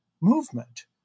movement